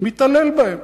הוא מתעלל בהם,